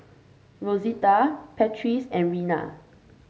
Rosita Patrice and Rena